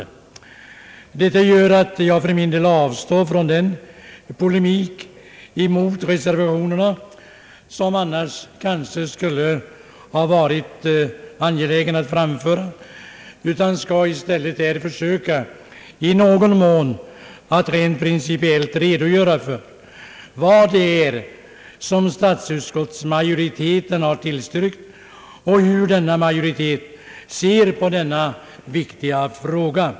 Detta gör att jag för min del avstår från den polemik mot reservationerna som annars kanske skulle ha varit angelägen att framföra. Jag skall i stället försöka att i någon mån rent principiellt redogöra för vad statsutskottsmajoriteten har tillstrykt och hur denna majoritet ser på denna viktiga fråga.